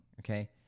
okay